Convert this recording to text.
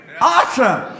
Awesome